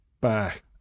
back